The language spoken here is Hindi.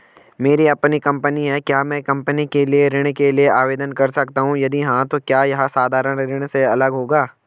मेरी अपनी कंपनी है क्या मैं कंपनी के लिए ऋण के लिए आवेदन कर सकता हूँ यदि हाँ तो क्या यह साधारण ऋण से अलग होगा?